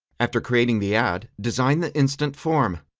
after creating the ad, design the instant form.